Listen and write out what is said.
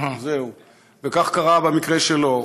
כך קרה במקרה שלו.